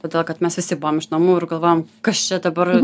todėl kad mes visi buvom iš namų ir galvojom kas čia dabar